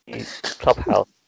clubhouse